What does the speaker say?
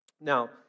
Now